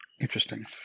Interesting